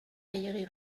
gehiegi